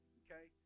okay